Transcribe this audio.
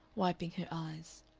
wiping her eyes.